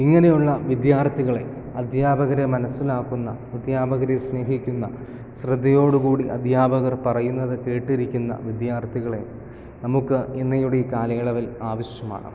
ഇങ്ങനെയുള്ള വിദ്യാർത്ഥികളെ അദ്ധ്യാപകരെ മനസ്സിലാകുന്ന അദ്ധ്യാപകരെ സ്നേഹിക്കുന്ന ശ്രദ്ധയോടു കൂടി അദ്ധ്യാപകർ പറയുന്നത് കേട്ടിരിക്കുന്ന വിദ്യാർത്ഥികളെ നമുക്ക് ഇന്നയുടെ കാലയളവിൽ ആവശ്യമാണ്